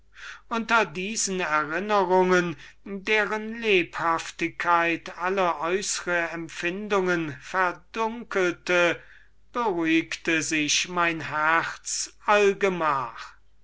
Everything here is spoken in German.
unter diesen erinnerungen deren lebhaftigkeit alle äußre empfindungen verdunkelte beruhigte sich mein herz allgemach